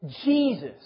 Jesus